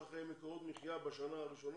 צריך מקורות מחיה בשנה הראשונה.